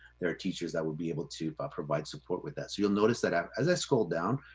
there are teachers that will be able to but provide support with that. so you'll notice that um as i scroll down,